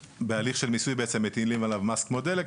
בהליך של מיסוי בעצם מטילים עליו מס כמו דלק,